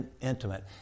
intimate